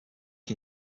can